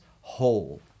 whole